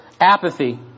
apathy